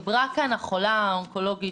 דיברה כאן החולה האונקולוגית,